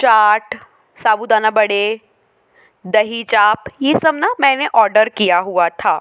चाट साबूदाना वड़े दही चाप ये सब ना मैंने ऑडर किया हुआ था